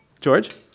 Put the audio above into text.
George